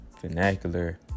vernacular